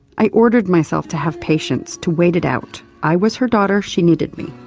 i ordered myself to have patience, to wait it out, i was her daughter, she needed me.